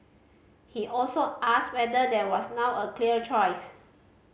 he also asked whether there was now a clear choice